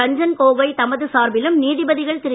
ரஞ்சன் கோகோய் தமது சார்பிலும் நீதிபதிகள் திரு